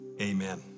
Amen